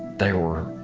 they were